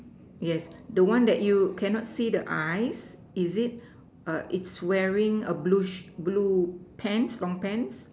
yes the one that you cannot see the eyes is it err its wearing a blue err blue pants long pants